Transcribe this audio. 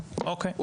יעזור.